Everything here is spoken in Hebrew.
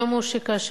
היושב-ראש,